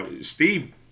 Steve